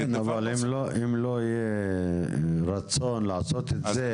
אם לא יהיה רצון לעשות את זה,